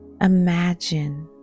imagine